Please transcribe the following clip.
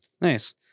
nice